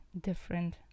different